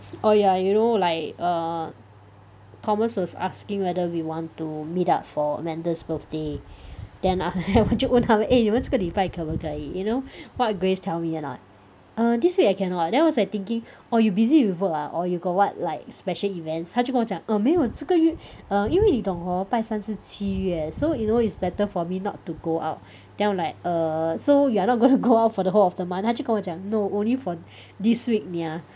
oh ya you know like err Thomas was asking whether we want to meet up for Amanda's birthday then after that 我就问他们 eh 你们这个礼拜可不可以 you know what Grace tell me or not err this week I cannot then I was like thinking orh you busy with work ah or you got what like special events 她就跟我讲 err 没有这个月 err 因为你懂 hor 拜三是七月 so you know is better for me not to go out then I'm like err so you're not gonna go out for the whole of the month 她就跟我讲 no only for this week nia